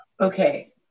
Okay